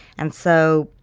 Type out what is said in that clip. and so,